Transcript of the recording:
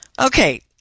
Okay